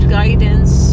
guidance